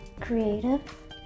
creative